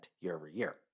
year-over-year